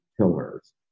pillars